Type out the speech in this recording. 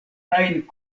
ajn